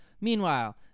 meanwhile